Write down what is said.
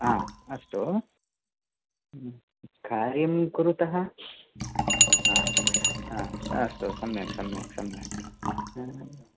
हा अस्तु कार्यं कुरुतः हा हा अस्तु सम्यक् सम्यक् सम्यक्